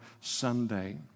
Sunday